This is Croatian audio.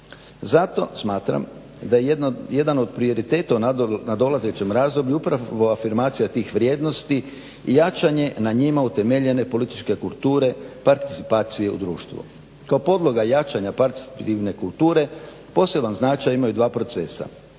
Zato smatram da je jedan od prioriteta u nadolazećem razdoblju upravo afirmacija tih vrijednosti i jačanje na njima utemeljene političke kulture participacije u društvu. Kao podloga jačanja … kulture poseban značaj imaju dva procesa.